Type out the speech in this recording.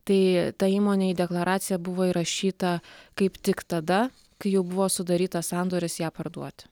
tai ta įmonė į deklaraciją buvo įrašyta kaip tik tada kai jau buvo sudarytas sandoris ją parduot